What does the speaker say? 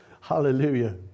Hallelujah